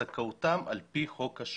זכאותם על פי חוק השבות.